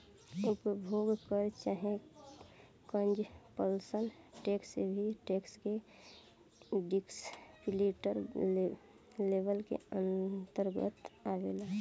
उपभोग कर चाहे कंजप्शन टैक्स भी टैक्स के डिस्क्रिप्टिव लेबल के अंतरगत आवेला